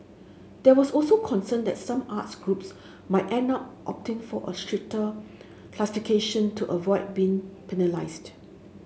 there was also concern that some arts groups might end up opting for a stricter classification to avoid being penalised